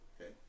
Okay